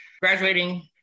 graduating